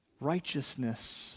righteousness